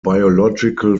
biological